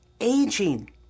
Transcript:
aging